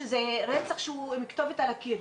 שזה רצח עם כתובת על הקיר,